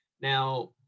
Now